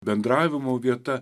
bendravimo vieta